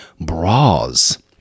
bras